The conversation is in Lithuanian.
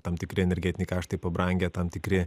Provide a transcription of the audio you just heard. tam tikri energetiniai karštai pabrangę tam tikri